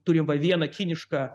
turim va vieną kinišką